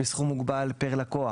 בסכום מוגבל פר לקוח: